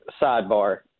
sidebar